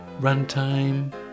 Runtime